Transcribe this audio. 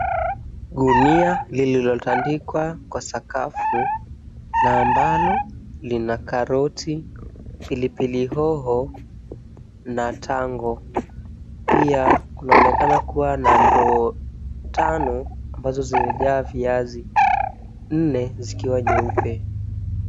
Gunia lililotandikwa kwa sakafu na ambalo lina karoti, pilipili hoho na tango. Pia kunaonekana kuwa na ndoo tano ambazo zimejaa viazi, nne zikiwa nyeupe.